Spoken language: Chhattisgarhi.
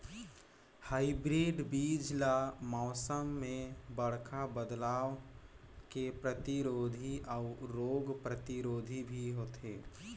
हाइब्रिड बीज ल मौसम में बड़खा बदलाव के प्रतिरोधी अऊ रोग प्रतिरोधी भी होथे